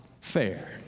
fair